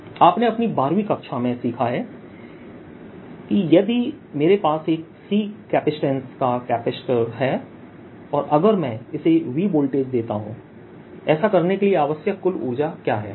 W02E2dV dV आपने अपनी बारहवीं कक्षा में सीखा है यदि मेरे पास एक C कैपेसिटेंस का कैपेसिटर है और अगर मैं इसे V वोल्टेज देता हूं ऐसा करने के लिए आवश्यक कुल ऊर्जा क्या है